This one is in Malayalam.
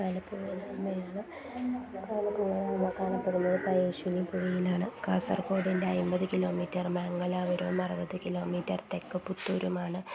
കാണപ്പെടുന്നതാണ് കാണപ്പെടുന്നത് പയസ്വിനി പുഴയിലാണ് കാസർഗോഡിൻ്റെ അമ്പത് കിലോമീറ്റർ മംഗലാപുരവും അറുപത് കിലോമീറ്റർ തെക്ക് പുത്തൂരുമാണ്